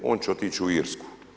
On će otići u Irsku.